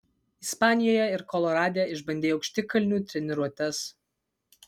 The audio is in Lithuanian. ispanijoje ir kolorade išbandei aukštikalnių treniruotes